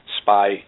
spy